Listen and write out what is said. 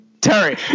Terry